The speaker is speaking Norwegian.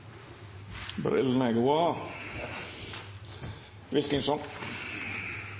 nå er god.